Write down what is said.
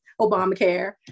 Obamacare